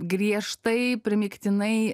griežtai primygtinai